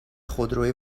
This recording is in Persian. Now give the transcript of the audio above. خودروی